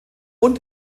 und